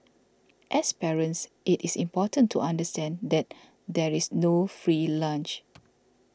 as parents it is important to understand that there is no free lunch